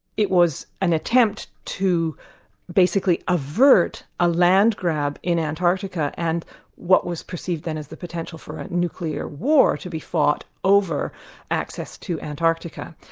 it was an attempt to basically avert a land grab in antarctica, and what was perceived then as the potential for a nuclear war to be fought over access to antarctica.